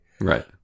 Right